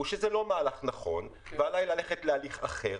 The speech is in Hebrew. הוא שזה לא מהלך נכון, ועליי ללכת להליך אחר,